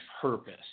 purpose